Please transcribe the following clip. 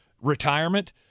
retirement